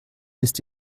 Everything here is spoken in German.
ist